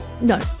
no